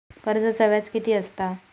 कर्जाचा व्याज कीती असता?